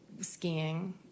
skiing